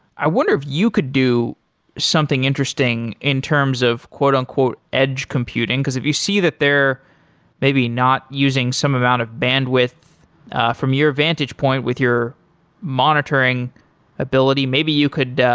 i wonder if you could do something interesting in terms of and edge-computing, because if you see that they're maybe not using some amount of bandwidth from your vantage point with your monitoring ability, maybe you could